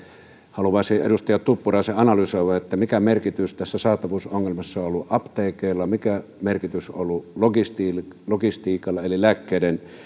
haluaisin edustaja tuppuraisen analysoivan mikä merkitys tässä saatavuusongelmassa on ollut apteekeilla mikä merkitys on ollut logistiikalla eli lääkkeiden